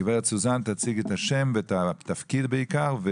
גברת סוזן, תציגי את השם ואת התפקיד בעיקר.